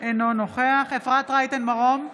אינו נוכח אפרת רייטן מרום,